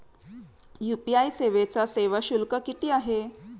UPI सेवेचा सेवा शुल्क किती आहे?